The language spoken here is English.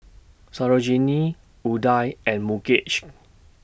Sarojini Udai and Mukesh